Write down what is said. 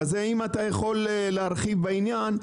אז האם אתה יכול להרחיב בעניין.